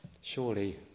Surely